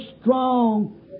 strong